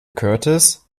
curtis